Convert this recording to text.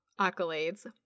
accolades